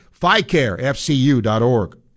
FICAREFCU.org